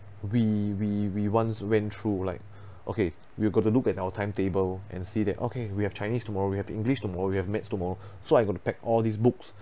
we we we once went through like okay we'll got to look at our timetable and see that okay we have chinese tomorrow we have english tomorrow we have math's tomorrow so I got to pack all these books